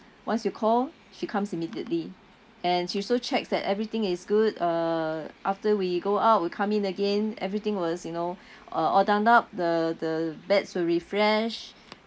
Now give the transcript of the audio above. once you call she comes immediately and she also checks that everything is good uh after we go out we come in again everything was you know uh all done up the the beds were refreshed